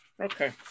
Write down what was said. Okay